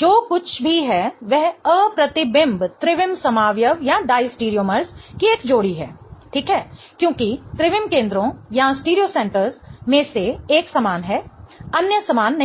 जो कुछ भी है वह अप्रतिबिंब त्रिविम समावयव डायस्टेरोमर्स की एक जोड़ी है ठीक है क्योंकि त्रिविम केंद्रों में से एक समान है अन्य समान नहीं है